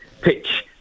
pitch